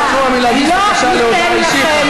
אני מנוע מלהגיש בקשה להודעה אישית,